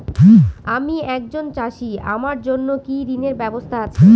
আমি একজন চাষী আমার জন্য কি ঋণের ব্যবস্থা আছে?